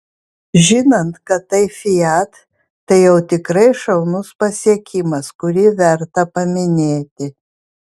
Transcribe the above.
žinant kad tai fiat tai jau tikrai šaunus pasiekimas kurį verta paminėti